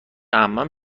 عمم